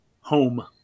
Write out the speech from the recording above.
Home